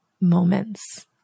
moments